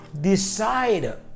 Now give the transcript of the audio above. Decide